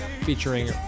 featuring